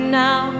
now